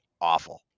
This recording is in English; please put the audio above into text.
awful